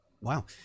wow